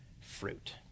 fruit